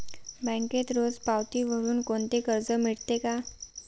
बँकेत रोज पावती भरुन कोणते कर्ज मिळते का?